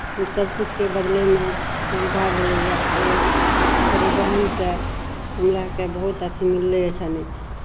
सभकिछुके बदलेमे सुविधा भेलैए आओर परिवहनसँ हमराकेँ बहुत अथी मिललैए आसानी